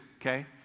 okay